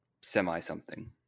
semi-something